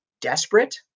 desperate